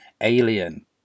alien